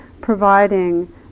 providing